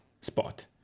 spot